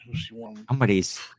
somebody's